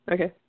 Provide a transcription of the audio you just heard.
Okay